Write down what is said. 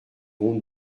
honte